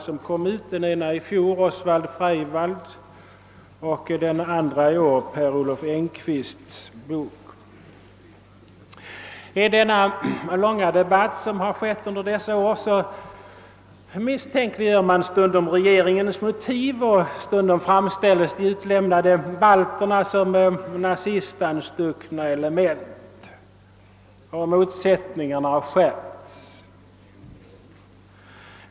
Den ena utkom i fjol — Osvald Under debattens gång har man stundom misstänkliggjort regeringens motiv och stundom framställt de utlämnade balterna som nazistanstuckna element. Motsättningarna har skärpts.